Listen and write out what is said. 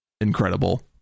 incredible